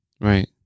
Right